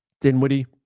Dinwiddie